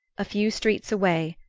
a few streets away,